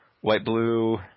White-blue